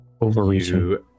Overreach